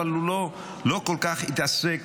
אבל הוא לא כל כך התעסק.